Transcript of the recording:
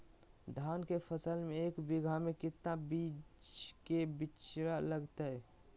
धान के फसल में एक बीघा में कितना बीज के बिचड़ा लगतय?